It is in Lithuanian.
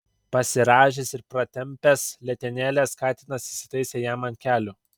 pasirąžęs ir pratampęs letenėles katinas įsitaisė jam ant kelių